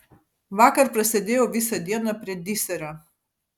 vakar prasėdėjau visą dieną prie diserio